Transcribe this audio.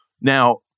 Now